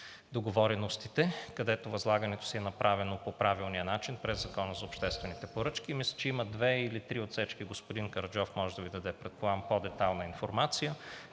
договореностите, където възлагането си е направено по правилния начин – през Закона за обществените поръчки. Мисля, че има две или три отсечки, господин Караджов може да Ви даде, предполагам, по-детайлна информация,